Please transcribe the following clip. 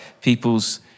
people's